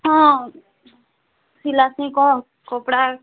ହଁ ସିଲାସି କହ କପଡ଼ା